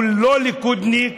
הוא לא ליכודניק.